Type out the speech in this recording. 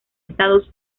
estados